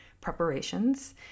preparations